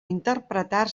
interpretar